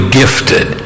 gifted